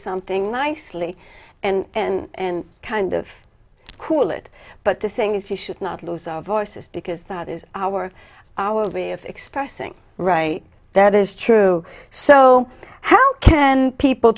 something nicely and kind of cool it but the thing is we should not lose our voices because that is our our way of expressing right that is true so how can people